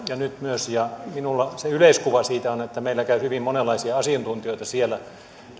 ja nyt myös ja minulla se yleiskuva siitä on että meillä käy hyvin monenlaisia asiantuntijoita siellä